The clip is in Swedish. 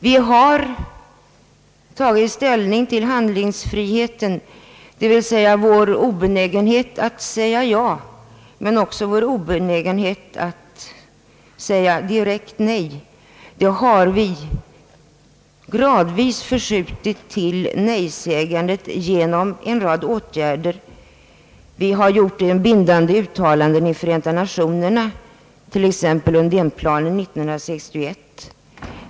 Vi har tagit ställning till handlingsfriheten, dvs. vår obenägenhet att säga ja men också vår obenägenhet att säga direkt nej har vi gradvis genom en rad åtgärder förskjutit i riktning mot nej. Vi har gjort bindande uttalanden i Förenta Nationerna, t.ex. i Undénplanen 1961.